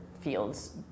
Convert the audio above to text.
fields